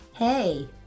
Hey